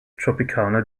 tropicana